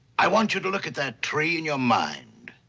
i want you to look at that tree in your mind.